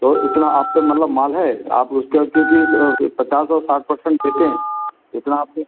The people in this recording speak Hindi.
तो इतना आप पर मतलब माल है आप उसको क्योंकि पचास और साठ परसेंट देते हैं इतना आपके